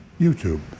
YouTube